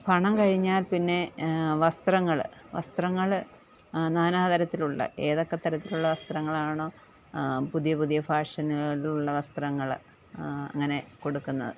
പണം കഴിഞ്ഞാൽ പിന്നെ വസ്ത്രങ്ങൾ വസ്ത്രങ്ങൾ നാനാതരത്തിലുള്ള ഏതൊക്കെ തരത്തിലുള്ള വസ്ത്രങ്ങളാണോ പുതിയ പുതിയ ഫാഷനുകളിലുള്ള വസ്ത്രങ്ങൾ അങ്ങനെ കൊടുക്കുന്നത്